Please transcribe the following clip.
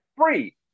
Free